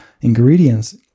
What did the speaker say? ingredients